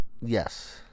Yes